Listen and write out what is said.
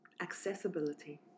Accessibility